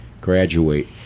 graduate